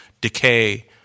decay